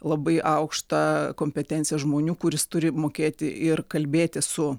labai aukštą kompetenciją žmonių kuris turi mokėti ir kalbėti su